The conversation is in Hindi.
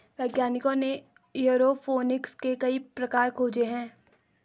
वैज्ञानिकों ने एयरोफोनिक्स के कई प्रकार खोजे हैं